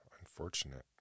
unfortunate